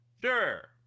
sure